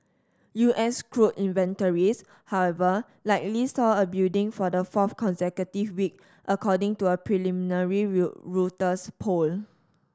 U S crude inventories however likely saw a building for the fourth consecutive week according to a preliminary real Reuters poll